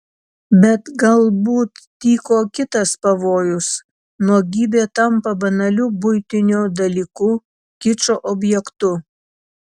bet galbūt tyko kitas pavojus nuogybė tampa banaliu buitiniu dalyku kičo objektu